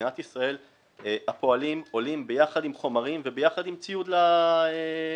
שבמדינת ישראל הפועלים עולים ביחד עם חומרים וביחד עם ציוד לעבוד,